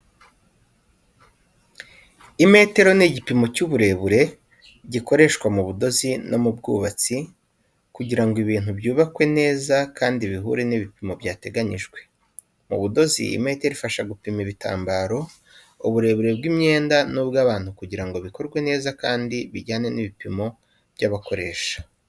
Imetero ni igipimo cy’uburebure gikoreshwa mu budozi no mu bwubatsi kugira ngo ibintu byubakwe neza kandi bihure n’ibipimo byateganyijwe. Mu budozi, imetero ifasha gupima ibitambaro, uburebure bw’imyenda n’ubw'abantu, kugira ngo bikorwe neza kandi bijyane n’ibipimo by’abakoresha.